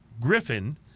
Griffin